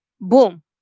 Boom